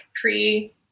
pre